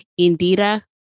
Indira